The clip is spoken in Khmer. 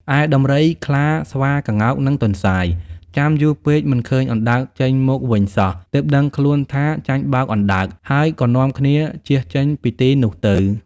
ឯដំរី ខ្លា ស្វា ក្ងោក និងទន្សាយ ចាំយូរពេកមិនឃើញអណ្ដើកចេញមកវិញសោះ ទើបដឹងខ្លួនថាចាញ់បោកអណ្ដើកហើយ ក៏នាំគ្នាជៀសចេញពីទីនោះទៅ។